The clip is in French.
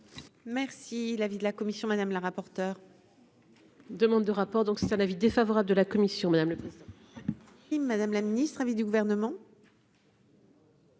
Merci l'avis de la commission madame la rapporteure. Demande de rapport, donc c'est un avis défavorable de la commission madame. Madame la ministre, avis du gouvernement.